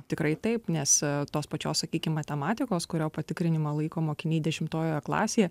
tikrai taip nes tos pačios sakykim matematikos kurio patikrinimą laiko mokiniai dešimtojoje klasėje